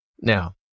Now